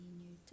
new